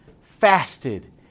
fasted